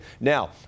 now